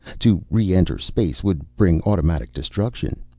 to re-enter space would bring automatic destruction.